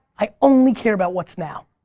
i only care about what's now.